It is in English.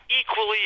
equally